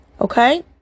okay